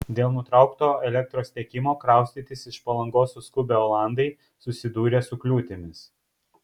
dėl nutraukto elektros tiekimo kraustytis iš palangos suskubę olandai susidūrė su kliūtimis